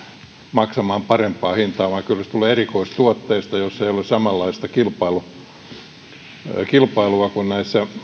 maksamaan parempaa hintaa vaan kyllä se tulee erikoistuotteista joissa ei ole samanlaista kilpailua kuin näissä